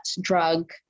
drug